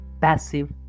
passive